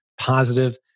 positive